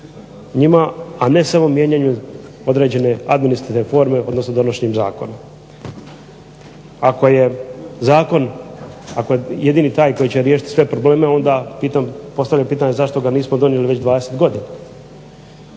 njima, a ne samo mijenjanje određene administrativne forme odnosno donošenjem zakona. Ako je zakon jedini taj koji će riješiti sve probleme onda postavljam pitanje, zašto ga nismo donijeli već 20 godina